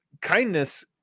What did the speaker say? kindness